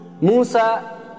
Musa